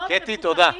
במעונות פרטיים מפוקחים.